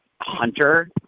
Hunter